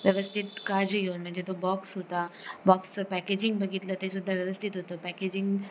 व्यवस्थित काळजी घेऊन म्हणजे तो बॉक्ससुद्धा बॉक्सचं पॅकेजिंग बघितलं तेसुद्धा व्यवस्थित होतं पॅकेजिंग